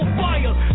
fire